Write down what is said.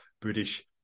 British